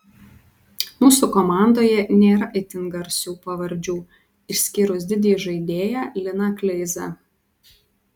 mūsų komandoje nėra itin garsių pavardžių išskyrus didį žaidėją liną kleizą